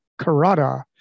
Karada